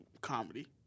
comedy